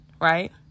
right